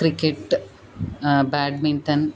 cricket badminton